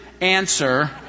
answer